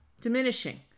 diminishing